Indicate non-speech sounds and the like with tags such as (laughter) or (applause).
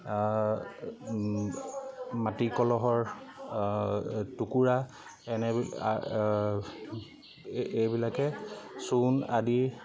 মাটি কলহৰ টুকুৰা এনে (unintelligible) এইবিলাকে চূণ আদি